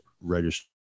register